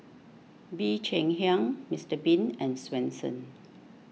Bee Cheng Hiang Mister Bean and Swensens